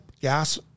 gas